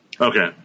Okay